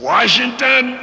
Washington